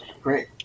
Great